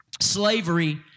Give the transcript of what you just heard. Slavery